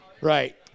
Right